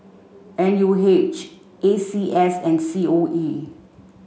N U H A C S and C O E